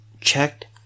checked